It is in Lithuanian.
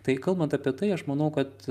tai kalbant apie tai aš manau kad